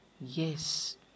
yes